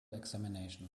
examination